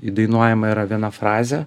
įdainuojama yra viena frazė